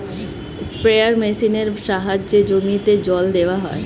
sprayer মেশিনের সাহায্যে জমিতে জল দেওয়া হয়